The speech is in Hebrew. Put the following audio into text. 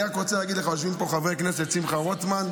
אני רק רוצה להגיד לך: יושבים פה חברי הכנסת שמחה רוטמן,